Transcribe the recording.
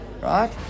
Right